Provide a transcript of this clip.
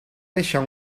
deixar